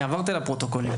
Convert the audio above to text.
עברתי על הפרוטוקולים